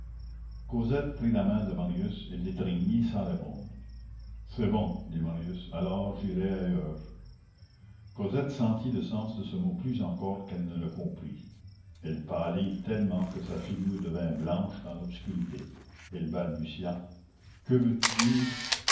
cosette prit la main de marius et l'étreignit sans répondre c'est bon dit marius alors j'irai ailleurs cosette sentit le sens de ce mot plus encore qu'elle ne le comprit elle pâlit tellement que sa figure devint blanche dans l'obscurité elle balbutia que veux-tu dire